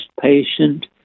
patient